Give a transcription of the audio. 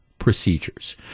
procedures